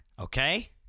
Okay